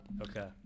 Okay